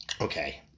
okay